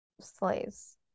slaves